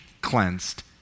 cleansed